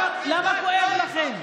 למה כואב לכם?